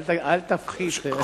אל תפחית.